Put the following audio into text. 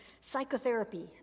psychotherapy